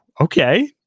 okay